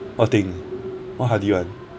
what thing what hardy [one]